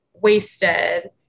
wasted